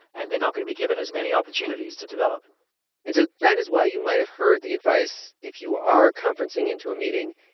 and they're not going to be given as many opportunities to develop and so that is why you might have heard the advice, if you are conferencing into a meeting,